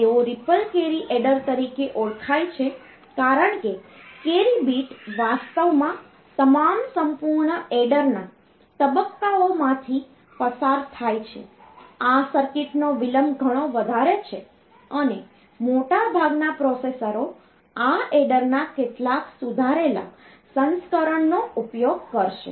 તેઓ ripple carry adder તરીકે ઓળખાય છે કારણ કે કૅરી બીટ વાસ્તવમાં તમામ સંપૂર્ણ એડરના તબક્કાઓમાંથી પસાર થાય છે આ સર્કિટનો વિલંબ ઘણો વધારે છે અને મોટાભાગના પ્રોસેસરો આ એડરના કેટલાક સુધારેલા સંસ્કરણ નો ઉપયોગ કરશે